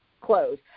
close